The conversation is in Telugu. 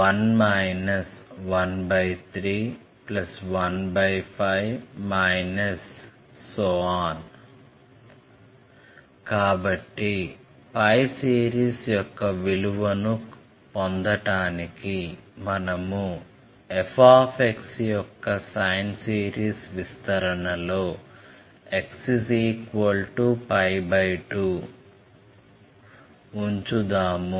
1 1315 కాబట్టి పై సిరీస్ యొక్క విలువను పొందటానికి మనము f యొక్క సైన్ సిరీస్ విస్తరణలో x 2 ఉంచుదాము